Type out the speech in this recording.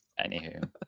Anywho